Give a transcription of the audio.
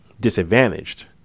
disadvantaged